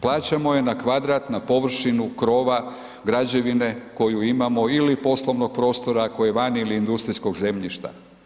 Plaćamo ju na kvadrat, na površinu krova, građevine, koju imamo ili prostornog prostora, koji je vani ili industrijskog zemljišta.